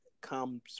comes